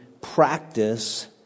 practice